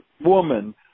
woman